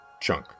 chunk